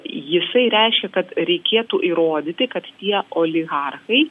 jisai reiškia kad reikėtų įrodyti kad tie oligarchai